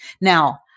Now